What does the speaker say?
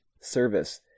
service